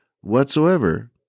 whatsoever